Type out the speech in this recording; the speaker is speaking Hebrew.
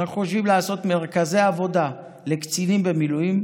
אז אנחנו חושבים לעשות מרכזי עבודה לקצינים במילואים,